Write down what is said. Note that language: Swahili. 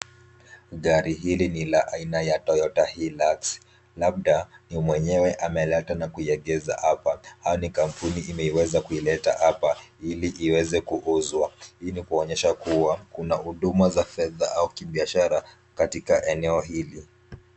Gari hili ni la aina ya, Toyota Hilux , labda ni mwenyewe ameleta na kuiegeza hapa au ni kampuni imeiweza kuileta hapa, ili iweze kuuzwa. Hii ni kuonyesha kuwa kuna huduma za fedha au kibiashara katika eneo hili.